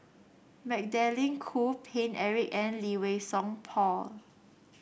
Magdalene Khoo Paine Eric and Lee Wei Song Paul